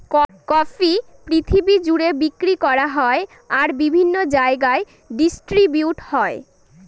coffee পৃথিবী জুড়ে বিক্রি করা হয় আর বিভিন্ন জায়গায় ডিস্ট্রিবিউট হয়